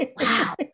Wow